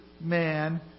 man